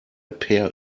peer